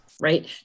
right